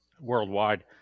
worldwide